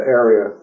area